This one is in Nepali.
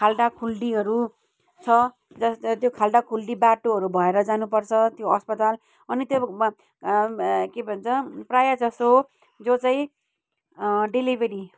खाल्डाखुल्डीहरू छ जस्तै त्यो खाल्डाखुल्डी बाटोहरू भएर जानुपर्छ त्यो अस्पताल अनि त्यो के भन्छ प्रायःजसो जो चाहिँ डेलिभरी